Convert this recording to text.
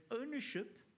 ownership